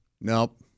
Nope